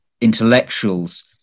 intellectuals